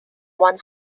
one